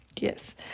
Yes